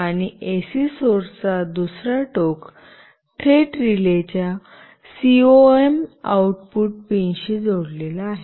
आणि एसी सोर्सचा दुसरा टोक थेट रिलेच्या सीओएम आउटपुट पिनशी थेट जोडलेला आहे